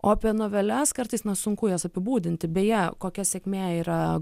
o apie noveles kartais na sunku jas apibūdinti beje kokia sėkmė yra